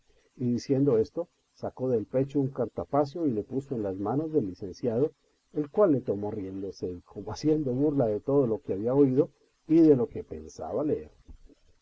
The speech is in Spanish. y en diciendo esto sacó del pecho un cartapacio y le puso en las manos del licenciado el cual le tomó riéndose y como haciendo burla de todo lo que había oído y de lo que pensaba leer